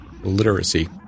literacy